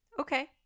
Okay